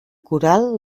coral